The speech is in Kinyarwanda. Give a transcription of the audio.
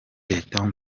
the